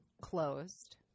closed